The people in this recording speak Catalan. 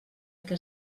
que